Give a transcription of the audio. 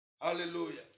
Hallelujah